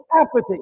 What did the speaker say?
apathy